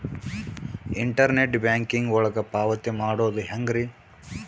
Internet banking ಒಳಗ ಪಾವತಿ ಮಾಡೋದು ಹೆಂಗ್ರಿ?